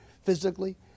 physically